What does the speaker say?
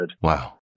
Wow